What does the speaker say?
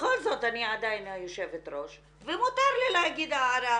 בכל זאת אני עדיין היושבת-ראש ומותר לי להגיד הערה.